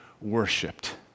worshipped